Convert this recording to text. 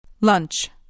Lunch